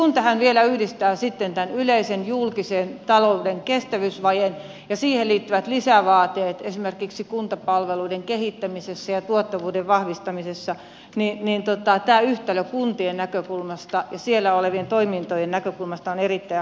kun tähän vielä yhdistää sitten tämän yleisen julkisen talouden kestävyysvajeen ja siihen liittyvät lisävaateet esimerkiksi kuntapalveluiden kehittämisessä ja tuottavuuden vahvistamisessa niin tämä yhtälö kuntien näkökulmasta ja siellä olevien toimintojen näkökulmasta on erittäin haastava